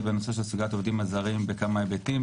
בנושא של העובדים הזרים בכמה היבטים,